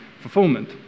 fulfillment